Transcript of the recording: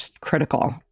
critical